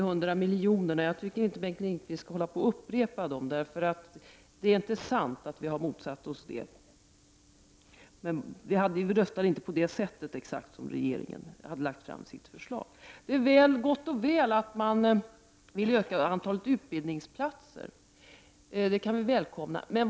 Herr talman! Jag tycker inte att Bengt Lindqvist skall upprepa påståendet om de 900 miljonerna — det är inte sant att vi har motsatt oss dem; vi röstade inte exakt på det sätt som regeringsförslaget förutsatte. Det är gott och väl att man vill öka antalet utbildningsplatser — det välkomnar vi.